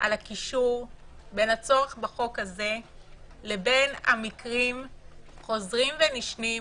על הקישור בין הצורך בחוק הזה לבין מקרים חוזרים ונשנים.